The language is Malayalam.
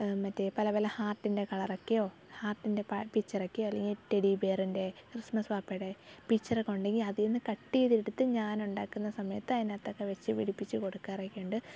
മറ്റേ പല പല ഹാർട്ടിൻ്റെ കളറോക്കെയോ ഹാർട്ടിൻ്റെ പാട്ട് പിച്ചർ ഒക്കെയോ അല്ലെങ്കിൽ റ്റെഡി ബിയറിൻ്റെ ക്രിസ്മസ് പാപ്പയുടെ പിച്ചർ ഒക്കെ ഉണ്ടെങ്കിൽ അതിൽ നിന്ന് കട്ട് ചെയ്തെടുത്ത് ഞാനുണ്ടാക്കുന്ന സമയത്ത് അതിനകത്തൊക്കെ വെച്ച് പിടിപ്പിച്ച് കൊടുക്കാറൊക്കെയുണ്ട്